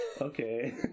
Okay